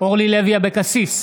אורלי לוי אבקסיס,